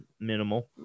minimal